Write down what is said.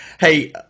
Hey